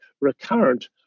recurrent